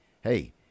hey